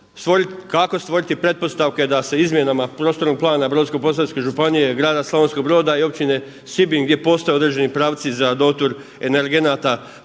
kako stvoriti pretpostavke da se izmjenama prostornog plana Brodsko-postavke županije, grada Slavonskoga Broda i općine Sibinj gdje postoje određeni pravci za dotur energenata